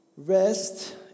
Rest